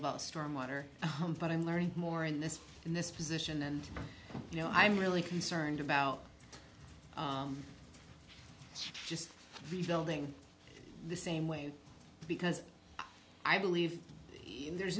about stormwater home but i'm learning more in this in this position and you know i'm really concerned about just rebuilding the same way because i believe there's